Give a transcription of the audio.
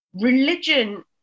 Religion